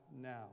now